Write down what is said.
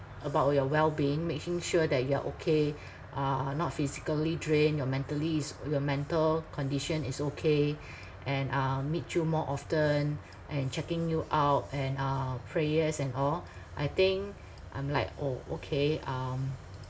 about your well-being making sure that you are okay uh not physically drained your mentally is your mental condition is okay and uh meet you more often and checking you out and uh prayers and all I think I'm like oh okay um